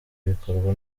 bikorwa